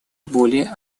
более